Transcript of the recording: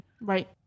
right